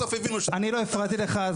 בסוף הבינו --- אני לא הפרעתי לך,